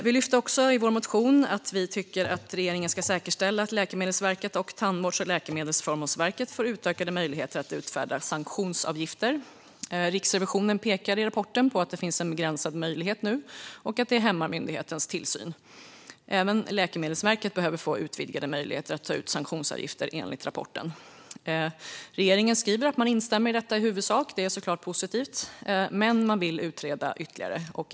Vi lyfte också i vår motion att vi tycker att regeringen ska säkerställa att Läkemedelsverket och Tandvårds och läkemedelsförmånsverket får utökade möjligheter att utfärda sanktionsavgifter. Riksrevisionen pekar i rapporten på att det finns en begränsad möjlighet nu och att det hämmar myndighetens tillsyn. Även Läkemedelsverket behöver enligt rapporten få utvidgade möjligheter att ta ut sanktionsavgifter. Regeringen skriver att man instämmer i detta i huvudsak, vilket såklart är positivt. Man vill dock utreda ytterligare.